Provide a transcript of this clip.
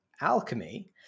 alchemy